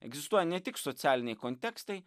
egzistuoja ne tik socialiniai kontekstai